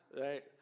right